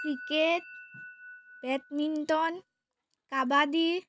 cricket badminton kabaddi